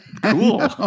cool